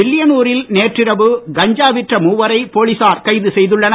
வில்லியனூ ரில் நேற்றிரவு கஞ்சா விற்ற மூவரை போலீசார் கைது செய்துள்ளனர்